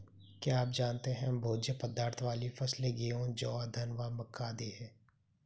क्या आप जानते है भोज्य पदार्थ वाली फसलें गेहूँ, जौ, धान व मक्का आदि है?